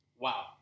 Wow